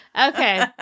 Okay